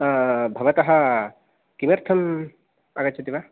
भवतः किमर्थम् आगच्छति वा